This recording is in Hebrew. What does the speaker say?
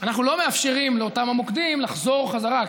אנחנו לא מאפשרים לאותם המוקדים לחזור בחזרה,